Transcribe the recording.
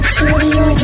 Studio